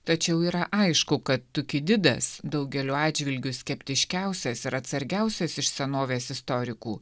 tačiau yra aišku kad tuki didas daugeliu atžvilgių skeptiškiausias ir atsargiausias iš senovės istorikų